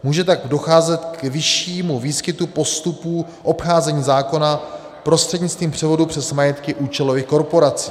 Může tak docházet k vyššímu výskytu postupů obcházení zákona prostřednictvím převodu přes majetky účelových korporací.